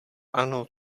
ano